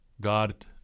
God